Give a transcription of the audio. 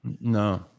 no